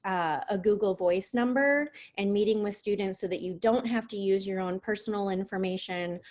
a google voice number and meeting with students so that you don't have to use your own personal information,